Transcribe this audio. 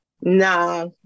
Nah